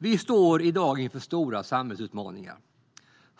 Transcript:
Vi står i dag inför stora samhällsutmaningar.